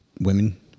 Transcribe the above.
women